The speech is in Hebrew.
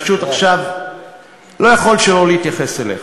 אני פשוט לא יכול עכשיו שלא להתייחס אליך.